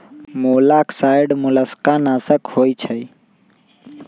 मोलॉक्साइड्स मोलस्का नाशक होइ छइ